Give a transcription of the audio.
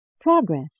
Progress